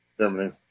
Germany